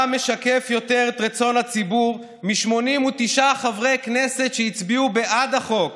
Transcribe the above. מה משקף יותר את רצון הציבור מ-89 חברי כנסת שהצביעו בעד החוק?